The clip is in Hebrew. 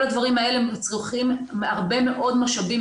כל הדברים האלה מצריכים הרבה מאוד משאבים,